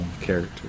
character